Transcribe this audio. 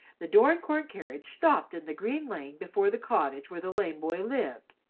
the dorincourt carriage stopped in the green lane before the cottage where the lame boy lived,